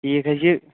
ٹھیٖک حظ چھُ